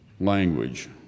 language